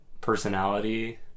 personality